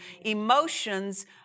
Emotions